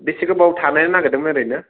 बेसे गोबाव थानो नागिरदों ओरैनो